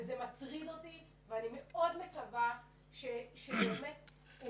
וזה מטריד אותי ואני מאוד מקווה שבאמת הם